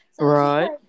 Right